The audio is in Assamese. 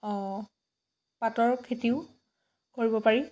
অঁ পাতৰ খেতিও কৰিব পাৰি